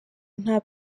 nta